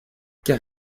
car